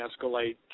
escalate